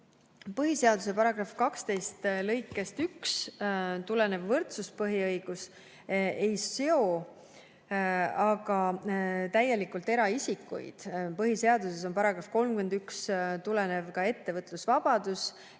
Põhiseaduse § 12 lõikest 1 tulenev võrdsuspõhiõigus ei seo aga täielikult eraisikuid. Põhiseaduses on ka §‑st 31 tulenev ettevõtlusvabadus